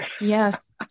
Yes